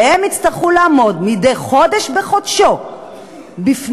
והם יצטרכו לעמוד מדי חודש בחודשו בפני